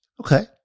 Okay